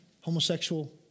homosexual